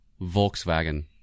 Volkswagen